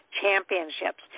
championships